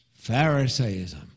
pharisaism